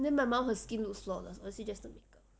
then my mum her skin looks flawless or is it just the makeup